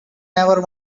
never